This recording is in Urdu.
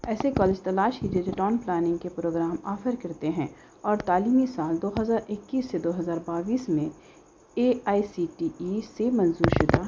ایسے کالج تلاش کیجیے جو ٹاؤن پلاننگ کے پروگرام آفر کرتے ہیں اور تعلیمی سال دو ہزار اکیس سے دو ہزار بائیس میں A I C T E سے منظور شدہ